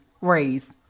raise